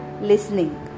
listening